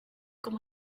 com